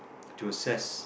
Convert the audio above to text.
to assess